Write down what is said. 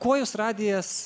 kuo jus radijas